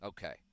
Okay